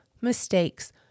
mistakes